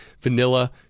vanilla